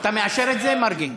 אתה מאשר את זה, מרגי?